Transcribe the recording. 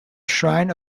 shrine